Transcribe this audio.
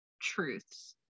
truths